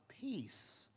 peace